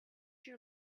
you